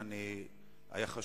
אני מאוד מודה לך.